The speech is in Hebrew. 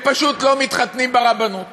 הם פשוט לא מתחתנים ברבנות.